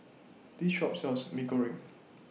This Shop sells Mee Goreng